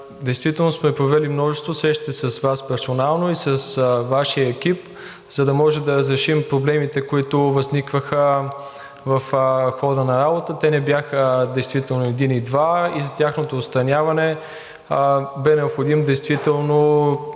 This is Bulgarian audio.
действително сме провели множество срещи с Вас персонално и с Вашия екип, за да можем да разрешим проблемите, които възникваха в хода на работата. Те не бяха действително един и два и за тяхното отстраняване беше необходим действително